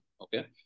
okay